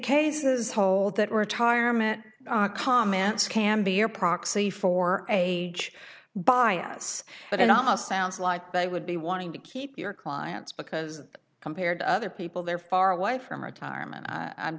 cases hold that retirement comments can be your proxy for age bias but it almost sounds like they would be wanting to keep your clients because compared to other people they're far away from retirement i